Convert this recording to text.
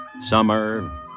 Summer